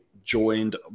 Joined